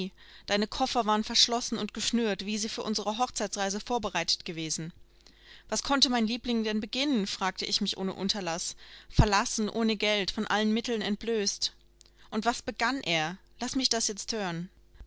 deine koffer waren verschlossen und geschnürt wie sie für unsere hochzeitsreise vorbereitet gewesen was konnte mein liebling denn beginnen fragte ich mich ohne unterlaß verlassen ohne geld von allen mitteln entblößt und was begann er laß mich das